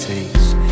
Takes